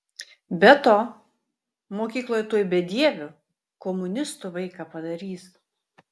be to mokykloje tuoj bedieviu komunistu vaiką padarys